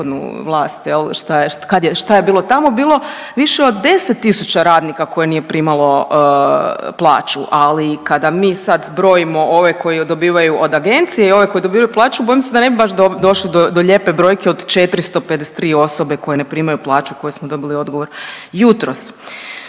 prethodnu vlast šta je bilo tamo bilo više od 10.000 radnika koje nije primalo plaću, ali kada mi sad zbrojimo ove koji dobivaju od agencije i ovi koji dobivaju plaću bojim se da ne baš došli do lijepe brojke od 453 osobe koje ne primaju plaću koji smo dobili odgovor jutros.